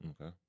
Okay